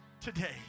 today